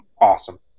awesome